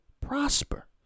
prosper